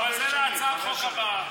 אבל זה להצעת חוק הבאה.